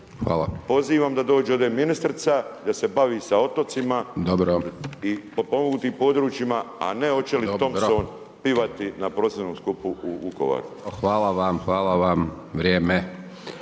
pozivam da dođe ovdje ministrica, da se bavi sa otocima i potpomognutim područjima, a ne hoće li Thompson pivati na prosvjednom skupu u Vukovaru. **Hajdaš Dončić, Siniša